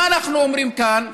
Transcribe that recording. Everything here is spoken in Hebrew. מה אנחנו אומרים כאן?